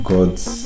God's